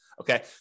Okay